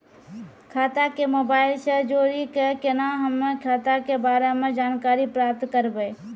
खाता के मोबाइल से जोड़ी के केना हम्मय खाता के बारे मे जानकारी प्राप्त करबे?